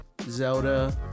Zelda